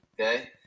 Okay